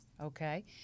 Okay